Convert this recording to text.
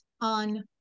on